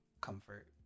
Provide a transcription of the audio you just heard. comfort